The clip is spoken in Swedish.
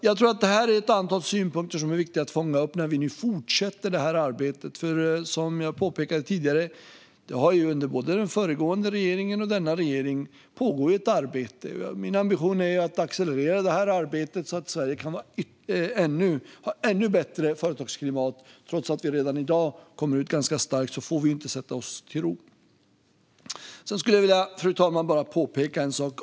Jag tror att detta är ett antal synpunkter som är viktiga att fånga upp när vi nu fortsätter detta arbete. Som jag påpekade tidigare har det under både den föregående och den nuvarande regeringen pågått ett arbete. Min ambition är att accelerera detta arbete så att Sverige kan få ett ännu bättre företagsklimat. Även om vi redan i dag är starka här får vi inte slå oss till ro. Fru talman! Jag vill påpeka en sak.